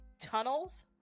tunnels